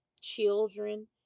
children